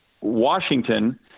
Washington